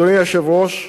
אדוני היושב-ראש,